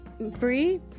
Brie